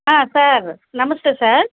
sir నమస్తే sir